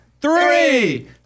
three